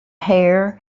hair